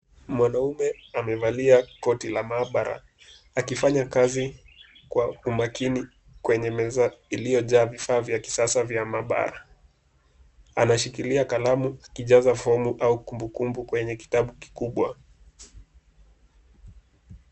Mwanaume amevalia koti la maabara akifanya kazi kwa umakini kwenye meza iliyojaa vifaa vya kisasa vya maabara. Anashikilia kalamu akianza fomu au kumbukumbu kwenye kitabu kikubwa.